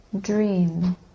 dream